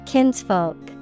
Kinsfolk